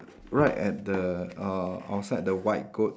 right at the uh outside the white goat